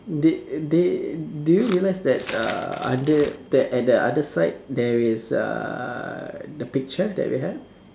did did do you realize that uh other that at the other side there is uh the picture that we have